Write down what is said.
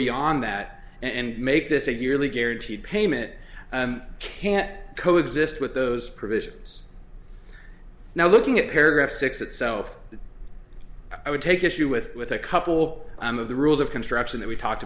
beyond that and make this a yearly guaranteed payment can't co exist with those provisions now looking at paragraph six itself i would take issue with with a couple of the rules of construction that we talked